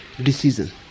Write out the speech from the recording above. decision